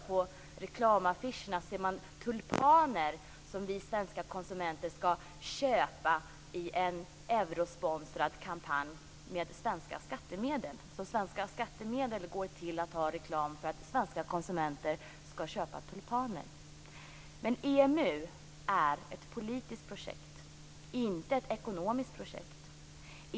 På reklamaffischerna här utanför ser man tulpaner som vi svenska konsumenter skall köpa i en Eurosponsrad kompanj med svenska skattemedel. Svenska skattemedel skall alltså gå till reklam för att svenska konsumenter skall köpa tulpaner. Men EMU är ett politiskt projekt, inte ett ekonomiskt projekt.